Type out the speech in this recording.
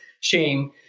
shame